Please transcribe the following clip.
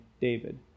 David